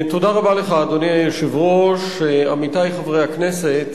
אדוני היושב-ראש, תודה רבה לך, עמיתי חברי הכנסת,